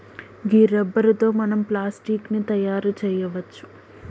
గీ రబ్బరు తో మనం ప్లాస్టిక్ ని తయారు చేయవచ్చు